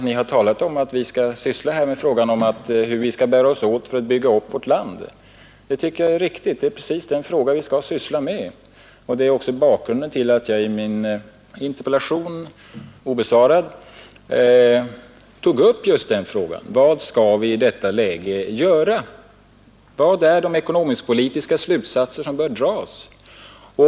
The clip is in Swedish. Ni har sagt att vi måste syssla med frågan, hur vi skall bära oss åt för — Nr 137 att bygga upp vårt land. Det tycker jag är riktigt; det är precis den fråga Torsdagen den vi skall syssla med, och det är också bakgrunden till att jag i min 2 december 1971 interpellation — obesvarad — tog upp just frågan: Vad skall vi i detta läge göra, vilka är de ekonomisktpolititiska slutsatser som bör dras?